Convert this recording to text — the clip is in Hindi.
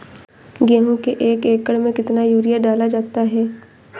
गेहूँ के एक एकड़ में कितना यूरिया डाला जाता है?